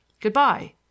Goodbye